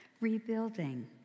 Rebuilding